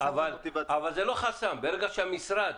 אבל זה לא חסם, ברגע שהמשרד